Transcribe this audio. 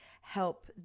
help